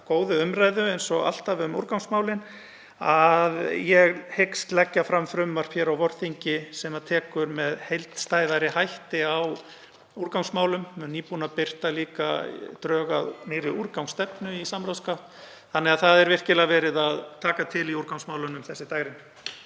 góðu umræðu eins og alltaf um úrgangsmálin og ég hyggst leggja fram frumvarp á vorþingi sem tekur með heildstæðari hætti á úrgangsmálum. Við erum nýbúin að birta líka drög að nýrri úrgangsstefnu í samráðsgátt þannig að það er virkilega verið að taka til í úrgangsmálum um þessi dægrin.